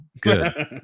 good